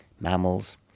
mammals